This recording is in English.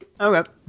Okay